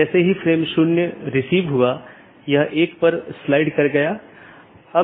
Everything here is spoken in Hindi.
तो इसका मतलब यह है कि OSPF या RIP प्रोटोकॉल जो भी हैं जो उन सूचनाओं के साथ हैं उनका उपयोग इस BGP द्वारा किया जा रहा है